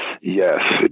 yes